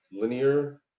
linear